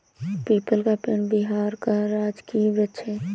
people का पेड़ बिहार का राजकीय वृक्ष है